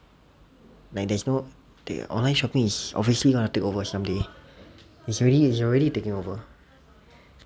like there's no they online shopping is obviously going to takeover some day it's already it's already taking over